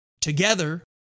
Together